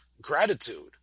gratitude